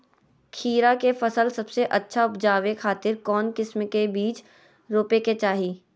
खीरा के फसल सबसे अच्छा उबजावे खातिर कौन किस्म के बीज रोपे के चाही?